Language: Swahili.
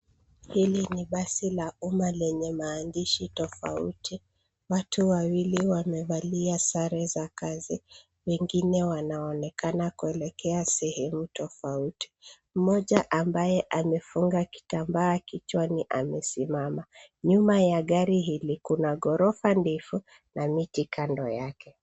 Hili ni basi la umma lenye maandishi tofauti. Watu wawili wamevalia sare za kazi. Wengine wanaonekana kuelekea sehemu tofauti. Mmoja ambaye amefunga kitambaa kichwani amesimama. Nyuma ya gari hili kuna ghorofa ndefu na miti kando yake.